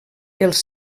els